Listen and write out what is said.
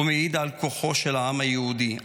הוא מעיד על כוחו של העם היהודי,